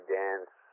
dance